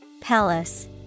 Palace